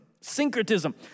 syncretism